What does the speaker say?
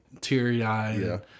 teary-eyed